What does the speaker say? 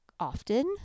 often